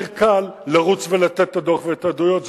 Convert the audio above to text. יותר קל לרוץ ולתת את הדוח ואת העדויות.